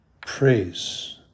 Praise